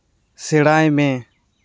ᱥᱮᱬᱟᱭ ᱢᱮ